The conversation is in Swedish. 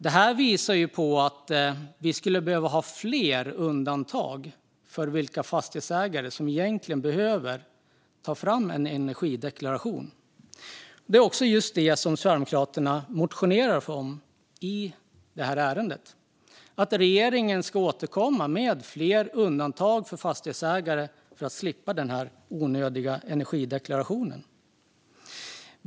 Detta visar att vi skulle behöva ha fler undantag när det gäller vilka fastighetsägare som ska behöva ta fram en energideklaration. Det är också just detta som Sverigedemokraterna motionerar om i det här ärendet - att regeringen ska återkomma med fler undantag för fastighetsägare för att slippa dessa onödiga energideklarationer.